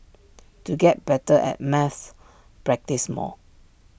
to get better at maths practise more